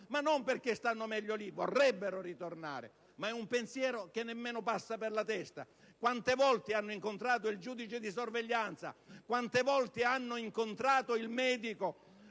non perché stanno meglio lì, anzi vorrebbero ritornare, ma questo è un pensiero che nemmeno passa loro per la testa. Quante volte hanno incontrato il giudice di sorveglianza, quante volte hanno incontrato il medico,